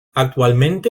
actualmente